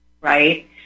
right